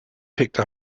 picked